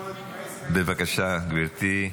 בבקשה, גברתי.